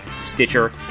Stitcher